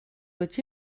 what